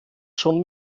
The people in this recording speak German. schon